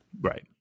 Right